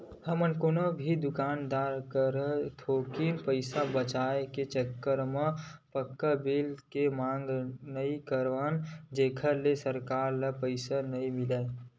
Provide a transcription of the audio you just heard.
हमन कोनो भी दुकानदार करा थोकिन पइसा बचाए के चक्कर म पक्का बिल के मांग नइ करन जेखर ले सरकार ल पइसा नइ मिलय